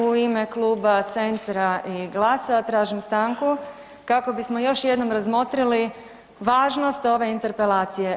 U ime kluba Centra i GLAS-a tražim stanku kako bismo još jednom razmotrili važnost ove interpelacije.